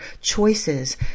choices